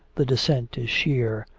the descent is sheer,